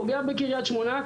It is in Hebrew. פוגע בקריית שמונה.